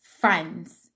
friends